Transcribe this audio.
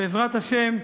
בעזרת השם,